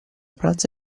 pranzo